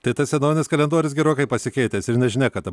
tai tas senovinis kalendorius gerokai pasikeitęs ir nežinia kada